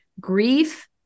grief